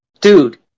dude